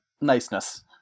niceness